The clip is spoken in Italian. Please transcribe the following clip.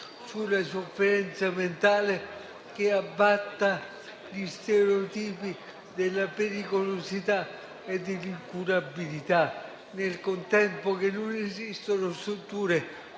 sulla sofferenza mentale, che abbatta gli stereotipi della pericolosità e dell'incurabilità. Nel contempo, che non esistono strutture